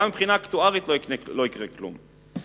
גם מבחינה אקטוארית לא יקרה כלום,